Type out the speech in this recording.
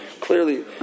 clearly